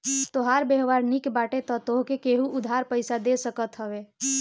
तोहार व्यवहार निक बाटे तअ तोहके केहु उधार पईसा दे सकत हवे